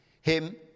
Him